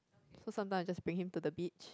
so sometime I just bring him to the beach